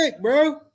bro